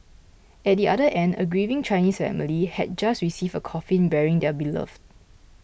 at the other end a grieving Chinese family had just received a coffin bearing their beloved